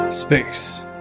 Space